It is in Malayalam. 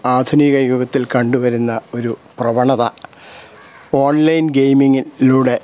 ആധുനിക യുഗത്തിൽ കണ്ടുവരുന്ന ഒരു പ്രവണത ഓൺലൈൻ ഗെയിമിങ്ങിലൂടെ